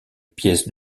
pièce